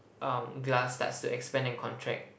um glass starts to expand and contract